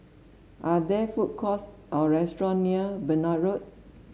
are there food courts or restaurant near Benoi Road